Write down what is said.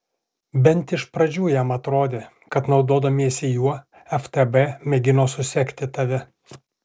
bent iš pradžių jam atrodė kad naudodamiesi juo ftb mėgino susekti tave